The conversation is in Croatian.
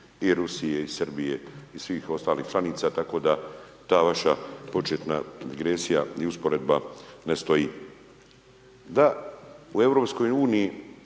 i Rusije, i Srbije, i svih ostalih članica, tako da ta vaša početna digresija i usporedba, ne stoji. Da u